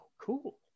Cool